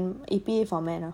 I am then A_P_A format lah